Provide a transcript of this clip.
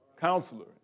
Counselor